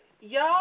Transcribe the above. Y'all